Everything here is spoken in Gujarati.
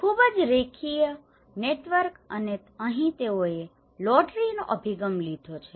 ખૂબ જ રેખીય નેટવર્ક અને અહીં તેઓએ લોટરીનો અભિગમ લીધો છે